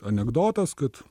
anekdotas kad